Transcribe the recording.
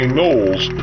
Knowles